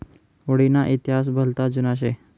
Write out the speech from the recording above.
हुडी ना इतिहास भलता जुना शे